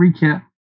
recap